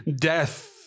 death